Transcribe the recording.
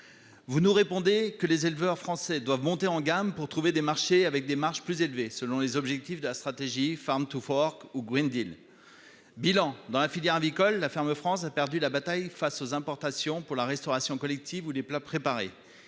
Vous nous répondez que les éleveurs français doivent monter en gamme pour trouver des marchés avec des marges plus élevées, selon les objectifs de la stratégie ou du. Le bilan de cette approche, c'est que, dans la filière avicole, la ferme France a perdu la bataille face aux importations pour la restauration collective ou les plats préparés.